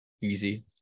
easy